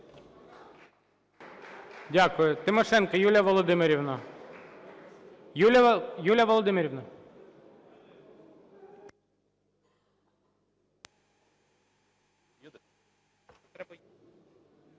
Дякую. Тимошенко Юлія Володимирівна.